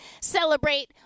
Celebrate